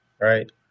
Right